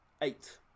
Eight